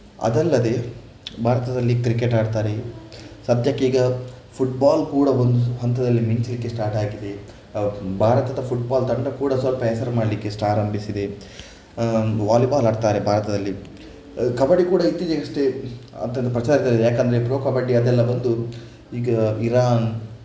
ಅದಲ್ಲದೇ ಭಾರತದಲ್ಲಿ ಕ್ರಿಕೆಟ್ ಆಡ್ತಾರೆ ಸದ್ಯಕ್ಕೆ ಈಗ ಫುಟ್ಬಾಲ್ ಕೂಡ ಒಂದು ಹಂತದಲ್ಲಿ ಮಿಂಚಲಿಕ್ಕೆ ಸ್ಟಾರ್ಟ್ ಆಗಿದೆ ಭಾರತದ ಫುಟ್ಬಾಲ್ ತಂಡ ಕೂಡ ಸ್ವಲ್ಪ ಹೆಸರು ಮಾಡಲಿಕ್ಕೆ ಆರಂಭಿಸಿದೆ ವಾಲಿಬಾಲ್ ಆಡ್ತಾರೆ ಭಾರತದಲ್ಲಿ ಕಬಡ್ಡಿ ಕೂಡ ಇತ್ತೀಚೆಗಷ್ಟೇ ತನ್ನ ಪ್ರಚಲಿತದಲ್ಲಿದೆ ಯಾಕೆಂದರೆ ಪ್ರೊ ಕಬಡ್ಡಿ ಅದೆಲ್ಲ ಬಂದು ಈಗ ಇರಾನ್